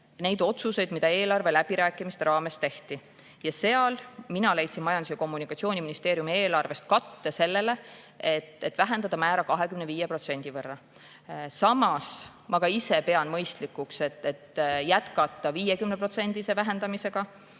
neid otsuseid, mida eelarve läbirääkimiste raames tehti. Mina leidsin Majandus- ja Kommunikatsiooniministeeriumi eelarvest katte sellele, et vähendada määra 25% võrra. Samas ka ma ise pean mõistlikuks jätkata 50% vähendatud